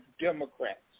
Democrats